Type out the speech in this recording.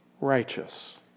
righteous